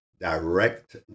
Direct